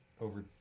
over